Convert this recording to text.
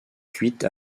cuites